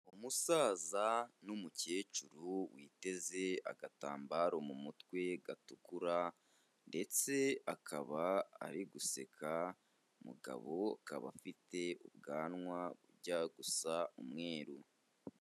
Umusaza n'umukecuru witeze agatambaro mu mutwe gatukura, ndetse akaba ari guseka, umugabo ukaba afite ubwanwa bujya gusa umweru.